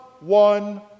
one